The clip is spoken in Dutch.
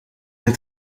het